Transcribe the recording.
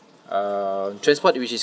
uh transport which is